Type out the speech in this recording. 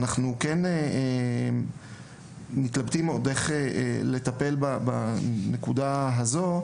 אנחנו עדיין מתלבטים איך לטפל בנקודה הזו,